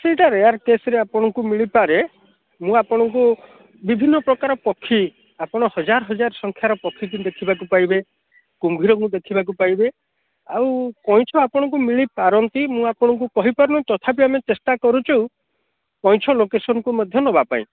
ସେଇଟା ରେୟାର କେଶରେ ଆପଣଙ୍କୁ ମିଳିପାରେ ମୁଁ ଆପଣଙ୍କୁ ବିଭିନ୍ନ ପ୍ରକାର ପକ୍ଷୀ ଆପଣ ହଜାର ହଜାର ସଂଖ୍ୟାର ପକ୍ଷୀକି ଦେଖିବାକୁ ପାଇବେ କୁମ୍ଭୀରଙ୍କୁ ଦେଖିବାକୁ ପାଇବେ ଆଉ କଇଁଛ ଆପଣଙ୍କୁ ମିଳି ପାରନ୍ତି ମୁଁ ଆପଣଙ୍କୁ କହିପାରୁନି ତଥାପି ଆମେ ଚେଷ୍ଟା କରୁଛୁ କଇଁଛ ଲୋକେସନକୁ ମଧ୍ୟ ନେବା ପାଇଁ